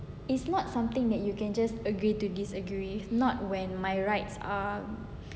it's not something that you can just agree to disagree not when my rights are